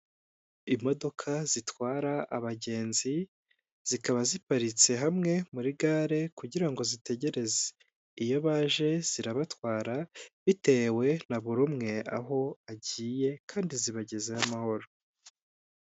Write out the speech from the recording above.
Imodoka zitwara abagenzi zikaba ziparitse hamwe muri gare kugira ngo zitegereze, iyo baje zirabatwara bitewe na buri umwe aho agiye kandi zibagezayo amahoro.